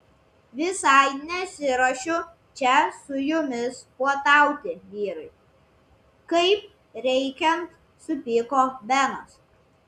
visai nesiruošiu čia su jumis puotauti vyrai kaip reikiant supyko benas